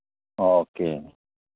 okay